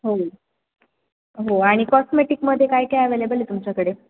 हो हो आणि कॉस्मेटिकमध्ये काय काय ॲवेलेबल आहे तुमच्याकडे